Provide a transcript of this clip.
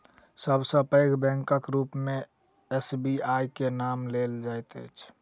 सब सॅ पैघ बैंकक रूप मे एस.बी.आई के नाम लेल जाइत अछि